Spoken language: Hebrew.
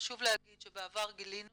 חשוב להגיד שבעבר גילינו